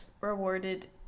rewarded